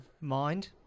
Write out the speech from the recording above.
mind